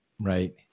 Right